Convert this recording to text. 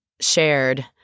shared